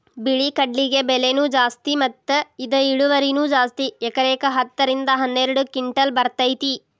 ಬಿಳಿ ಕಡ್ಲಿಗೆ ಬೆಲೆನೂ ಜಾಸ್ತಿ ಮತ್ತ ಇದ ಇಳುವರಿನೂ ಜಾಸ್ತಿ ಎಕರೆಕ ಹತ್ತ ರಿಂದ ಹನ್ನೆರಡು ಕಿಂಟಲ್ ಬರ್ತೈತಿ